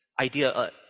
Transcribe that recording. idea